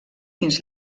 fins